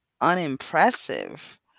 unimpressive